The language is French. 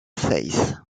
face